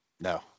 No